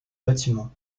bâtiments